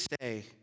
say